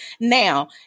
Now